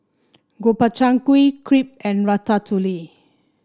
Gobchang Gui Crepe and Ratatouille